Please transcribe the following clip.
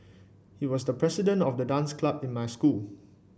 he was the president of the dance club in my school